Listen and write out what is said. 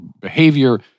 behavior